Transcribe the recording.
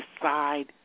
decide